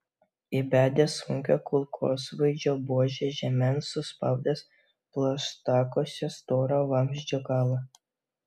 įbedęs sunkią kulkosvaidžio buožę žemėn suspaudęs plaštakose storą vamzdžio galą